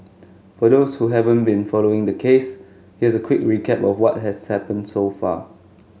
for those who haven't been following the case here's a quick recap of what has happened so far